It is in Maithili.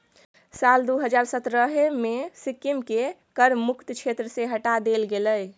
साल दू हजार सतरहे मे सिक्किमकेँ कर मुक्त क्षेत्र सँ हटा देल गेलै